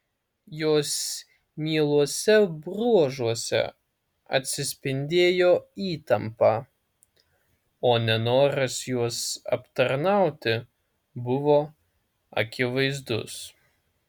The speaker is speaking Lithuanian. jos mieluose bruožuose atsispindėjo įtampa o nenoras juos aptarnauti buvo akivaizdus